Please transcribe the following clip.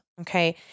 Okay